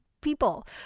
people